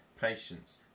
patience